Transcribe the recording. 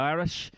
Irish